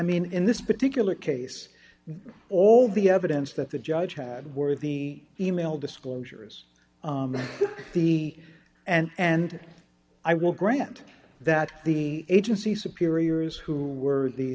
mean in this particular case all the evidence that the judge had were the e mail disclosures the and and i will grant that the agency superiors who were the